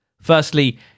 Firstly